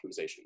optimization